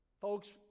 Folks